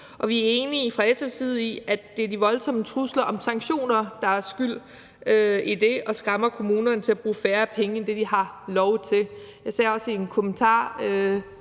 vi er fra SF's side enige i, at det er de voldsomme trusler om sanktioner, der er skyld i det, og som skræmmer kommunerne til at bruge færre penge, end de har lov til. Jeg sagde også i en kort